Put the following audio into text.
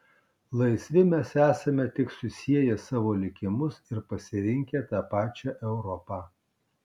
laisvi mes esame tik susieję savo likimus ir pasirinkę tą pačią europą